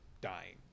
dying